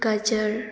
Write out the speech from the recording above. ꯒꯖꯔ